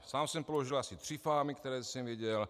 Sám jsem položil asi tři fámy, které jsem věděl.